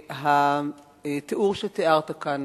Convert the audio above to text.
והתיאור שתיארת כאן